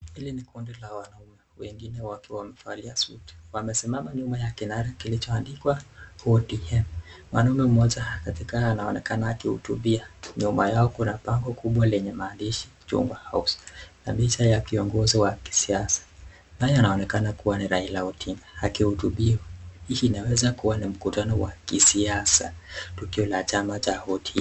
Hili ni kundi la wanaume wengine wakiwa wamevalia suti. Wamesimama nyuma ya kinara limeandikwa ODM. Mwanaume mmoja katika anaonekana kuwautubia nyuma Yao Kuna bango kubwa lenye maandishi CHUNGWA House na picha wa kiongozi wa kisiasa naye anaonekana kuwa ni Raila Odinga akiutubia hii inaweza kuwa ni mkutano wa kisiasa tukio la chama cha ODM.